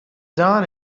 done